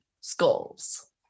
skulls